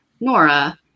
Nora